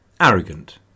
arrogant